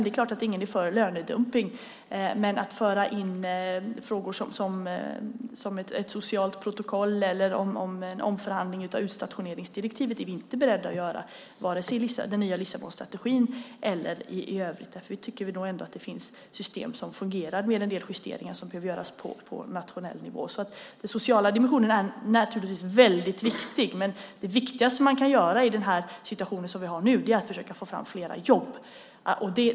Det är klart att ingen är för lönedumpning, men att föra in frågor som ett socialt protokoll eller ha en omförhandling av utstationeringsdirektivet är vi inte beredda att göra vare sig i den nya Lissabonstrategin eller i övrigt. Vi tycker nog att det finns system som fungerar; en del justeringar behöver göras på nationell nivå. Den sociala dimensionen är naturligtvis mycket viktig, men det viktigaste vi kan göra i den situation vi nu befinner oss i är att försöka få fram fler jobb.